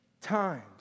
times